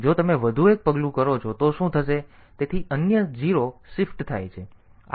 જો તમે વધુ એક પગલું કરો છો તો શું થશે તેથી અન્ય 0 શિફ્ટ થાય છે